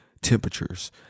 temperatures